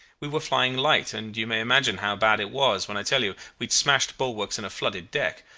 we were flying light, and you may imagine how bad it was when i tell you we had smashed bulwarks and a flooded deck.